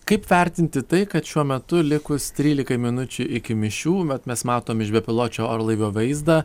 kaip vertinti tai kad šiuo metu likus trylikai minučių iki mišių vat mes matom iš bepiločio orlaivio vaizdą